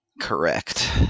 Correct